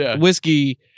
whiskey